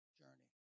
journey